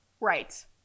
Right